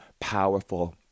powerful